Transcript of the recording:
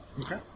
Okay